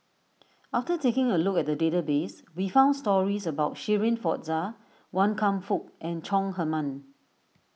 after taking a look at the database we found stories about Shirin Fozdar Wan Kam Fook and Chong Heman